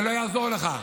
זה לא יעזור לך.